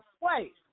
Wait